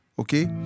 Okay